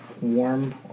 warm